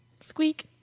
Squeak